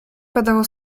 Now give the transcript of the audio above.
padało